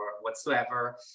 whatsoever